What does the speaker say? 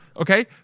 Okay